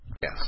Yes